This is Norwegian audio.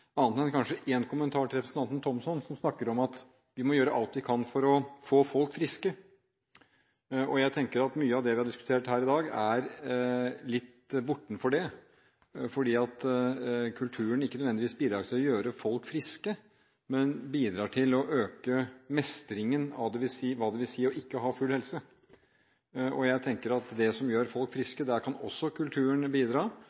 annet enn kanskje én kommentar til representanten Thomsen, som snakker om at vi må gjøre alt vi kan for å få folk friske. Jeg tenker at mye av det vi har diskutert her i dag, er litt bortenfor det, fordi kulturen bidrar ikke nødvendigvis til å gjøre folk friske, men den bidrar til å øke mestringen av hva det vil si å ikke ha full helse. Kulturen kan også bidra til det som gjør folk